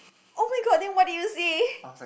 [oh]-my-god then what did you say